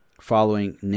following